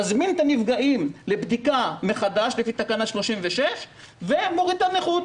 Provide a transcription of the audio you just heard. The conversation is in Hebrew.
מזמין את הנפגעים לבדיקה מחדש לפי תקנה 36 ומוריד את אחוזי הנכות.